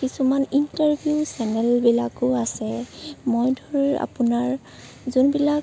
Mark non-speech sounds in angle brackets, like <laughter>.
কিছুমান ইণ্টাৰভিউ চেনেলবিলাকো আছে মই <unintelligible> আপোনাৰ যোনবিলাক